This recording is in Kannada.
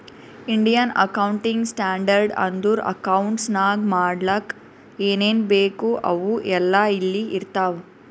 ಇಂಡಿಯನ್ ಅಕೌಂಟಿಂಗ್ ಸ್ಟ್ಯಾಂಡರ್ಡ್ ಅಂದುರ್ ಅಕೌಂಟ್ಸ್ ನಾಗ್ ಮಾಡ್ಲಕ್ ಏನೇನ್ ಬೇಕು ಅವು ಎಲ್ಲಾ ಇಲ್ಲಿ ಇರ್ತಾವ